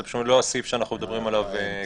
זה לא הסעיף שאנחנו מדברים עליו כאן.